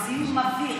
בזיהום אוויר,